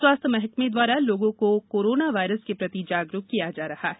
स्वास्थ्य महकमे लोगों को कोरोना वायरस के प्रति जागरूक किया जा रहा है